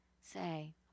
say